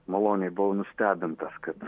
maloniai buvau nustebintas kad